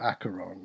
Acheron